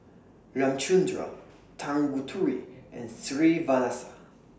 Ramchundra Tanguturi and